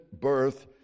birth